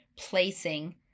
placing